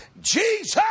Jesus